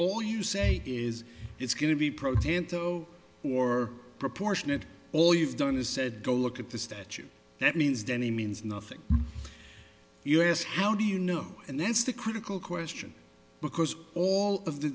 all you say is it's going to be protests and though or proportionate all you've done is said go look at the statute that means then it means nothing us how do you know and that's the critical question because all of the